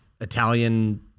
Italian